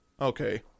Okay